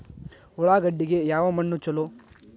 ಉಳ್ಳಾಗಡ್ಡಿಗೆ ಯಾವ ಮಣ್ಣು ಛಲೋ?